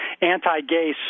anti-gay